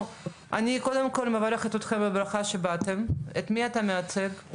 קודם כל מברכת אתכם בברכה שבאתם, את מי אתה מייצג?